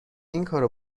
اینکارو